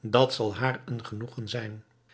dat zal haar een genoegen zijn